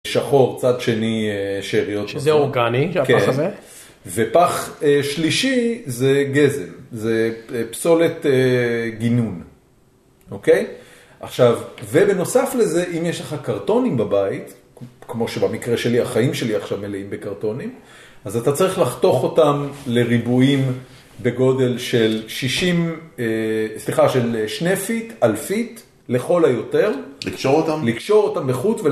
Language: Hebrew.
שחור, צד שני שאריות. שזה אורגני, שהפח הזה? כן, ופח שלישי זה גזם, זה פסולת גינון, אוקיי? עכשיו, ובנוסף לזה, אם יש לך קרטונים בבית, כמו שבמקרה שלי, החיים שלי עכשיו מלאים בקרטונים, אז אתה צריך לחתוך אותם לריבועים בגודל של שישים, סליחה, של שני feet על feet, לכל היותר. לקשור אותם? לקשור אותם בחוט...